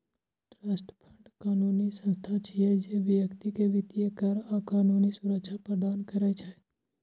trust fund कानूनी संस्था छियै, जे व्यक्ति कें वित्तीय, कर आ कानूनी सुरक्षा प्रदान करै छै